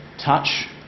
touch